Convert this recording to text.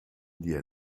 dir